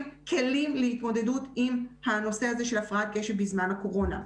כלים להתמודדות עם הנושא הזה של הפרעת קשב בזמן הקורונה.